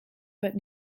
but